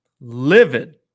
livid